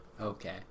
Okay